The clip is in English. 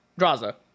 draza